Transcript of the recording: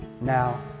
Now